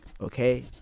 okay